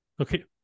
okay